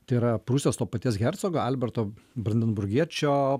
tai yra prūsijos to paties hercogo alberto brandenburgiečio